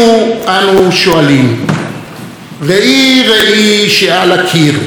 ראי ראי שעל הקיר, מי הכי צודק בעיר?